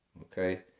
Okay